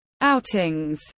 outings